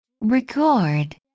record